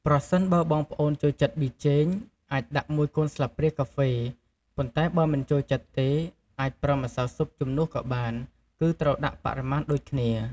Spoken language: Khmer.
ប្រសិនបើបងប្អូនចូលចិត្តប៊ីចេង អាចដាក់១កូនស្លាបព្រាកាហ្វេ ប៉ុន្តែបើមិនចូលចិត្តទេ អាចប្រើម្សៅស៊ុបជំនួសក៏បាន គឺត្រូវដាក់បរិមាណដូចគ្នា។